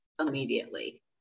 immediately